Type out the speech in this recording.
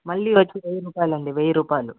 మల్లి వచ్చి వెయ్యి రుపాయలండి వెయ్యి రూపాయలు